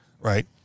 Right